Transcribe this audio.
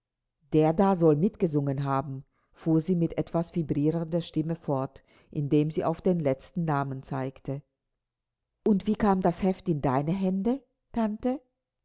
der da soll mitgesungen haben fuhr sie mit etwas vibrierender stimme fort indem sie auf den letzten namen zeigte und wie kam das heft in deine hände tante